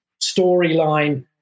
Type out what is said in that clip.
storyline